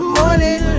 morning